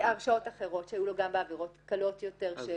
הרשעות אחרות שהיו לו גם בעבירות קלות יותר.